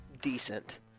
decent